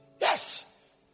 Yes